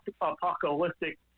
apocalyptic